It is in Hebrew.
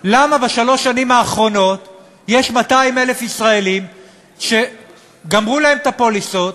למה בשלוש השנים האחרונות יש 200,000 ישראלים שגמרו להם את הפוליסות,